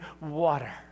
water